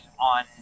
on